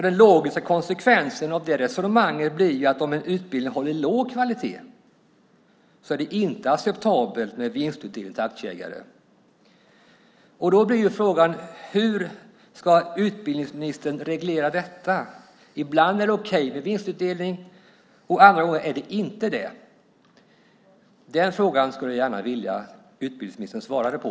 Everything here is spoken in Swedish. Den logiska konsekvensen av det resonemanget blir ju att om en utbildning håller låg kvalitet är det inte acceptabelt med vinstutdelning till aktieägare. Då blir frågan: Hur ska utbildningsministern reglera detta? Ibland är det okej med vinstutdelning och andra gånger är det inte det. Den frågan skulle jag gärna vilja att utbildningsministern svarar på.